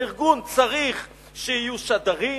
לארגון צריך שיהיו שדרים,